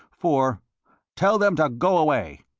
for tell them to go away!